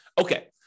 Okay